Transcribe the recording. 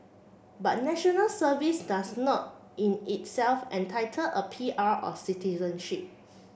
but National Service does not in itself entitle a P R on citizenship